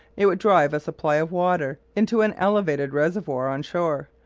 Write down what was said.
it would drive a supply of water into an elevated reservoir on shore,